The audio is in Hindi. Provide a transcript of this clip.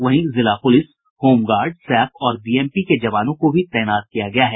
वहीं जिला पुलिस होमगार्ड सैप और बीएमपी के जवानों को भी तैनात किया गया है